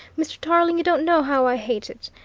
mr. tarling you don't know how i hate it.